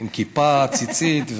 עם כיפה וציצית,